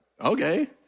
okay